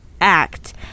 act